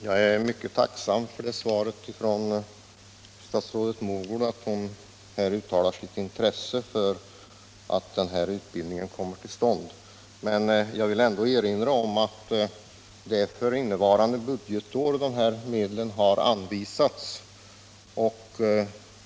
Herr talman! Jag är mycket tacksam då statsrådet Mogård uttalar sitt intresse för att den här utbildningen kommer till stånd. Jag vill ändå erinra om att det är för innevarande budgetår som dessa medel har anvisats.